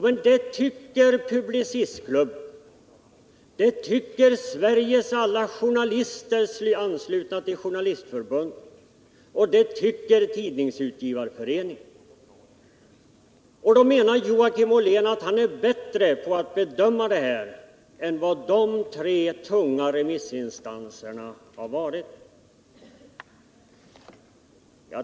Men det tycker Publicistklubben, Sveriges alla journalister anslutna till Journalistförbundet och Tidningsutgivareföreningen. Menar Joakim Ollén att han är bättre på att bedöma detta än vad de tre tunga remissinstanserna har varit?